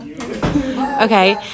Okay